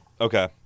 Okay